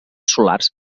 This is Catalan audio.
solars